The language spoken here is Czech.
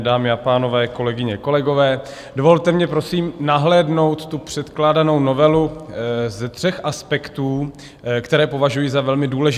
Dámy a pánové, kolegyně, kolegové, dovolte mi prosím nahlédnout tu předkládanou novelu ze tří aspektů, které považuji za velmi důležité.